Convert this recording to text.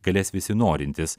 galės visi norintys